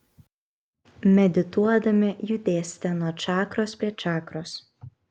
medituodami judėsite nuo čakros prie čakros